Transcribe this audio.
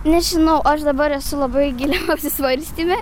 nežinau aš dabar esu labai giliam apsisvarstyme